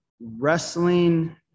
wrestling